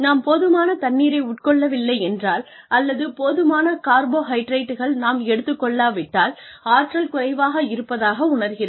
நாம் போதுமான தண்ணீரை உட்கொள்ளவில்லை என்றால் அல்லது போதுமான கார்போஹைட்ரேட்டுகள் நாம் எடுத்துக் கொள்ளாவிட்டால் ஆற்றல் குறைவாக இருப்பதாக உணர்கிறோம்